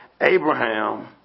Abraham